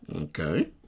okay